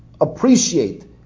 appreciate